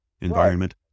environment